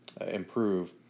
improve